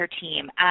team